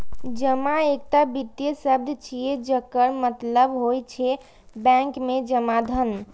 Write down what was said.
जमा एकटा वित्तीय शब्द छियै, जकर मतलब होइ छै बैंक मे जमा धन